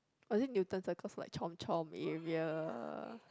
I think Newton Circus like chomp-chomp area